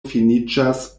finiĝas